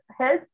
health